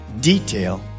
detail